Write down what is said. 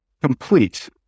complete